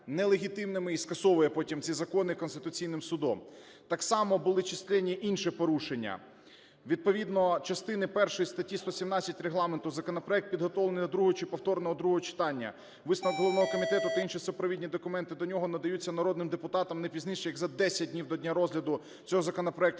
і скасовує потім ці закони Конституційним Судом. Так само були численні інші порушення. Відповідно частини 1 статті 117 Регламенту законопроект, підготовлений до другого чи повторного другого читання, висновок головного комітету та інші супровідні документи до нього надаються народним депутатам не пізніше як за 10 днів до дня розгляду цього законопроекту